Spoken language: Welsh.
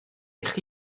eich